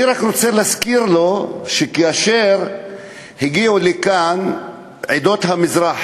אני רק רוצה להזכיר לו שכאשר הגיעו לכאן עדות המזרח,